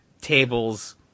table's